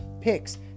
picks